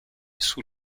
sous